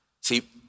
See